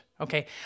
Okay